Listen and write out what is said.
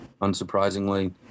unsurprisingly